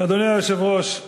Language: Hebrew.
אדוני היושב-ראש,